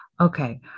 Okay